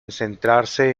centrarse